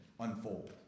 unfold